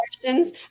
questions